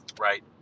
Right